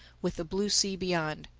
with the blue sea beyond.